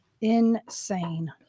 Insane